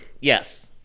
Yes